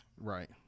right